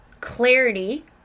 clarity